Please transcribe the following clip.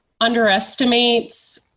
underestimates